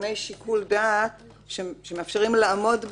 רק עכשיו העלינו שלוש אפשרויות שאני לא יודע מה הטובה בהן: